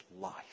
life